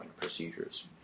procedures